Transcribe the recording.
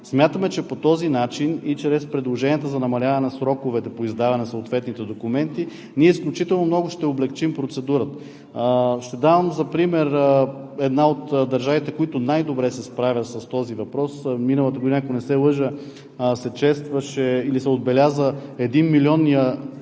Смятаме, че по този начин и чрез предложенията за намаляване на сроковете по издаване на съответните документи ние изключително много ще облекчим процедурата. Ще дам за пример една от държавите, която най-добре се справя с този въпрос. Миналата година, ако не се лъжа, се честваше и се отбеляза едномилионният